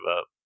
up